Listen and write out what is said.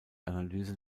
analyse